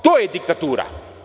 To je diktatura.